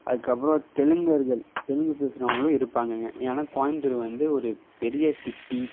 அதுக்கு அப்றம் தெலுங்கர்கள் தெலுங்கு பேசுகிறவங்களும் இருப்பாங்க ஏன்னா கோயம்புத்தூரு வந்து ஒரு பெரிய சிட்டி